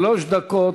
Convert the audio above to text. שלוש דקות,